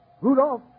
Rudolph